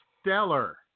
stellar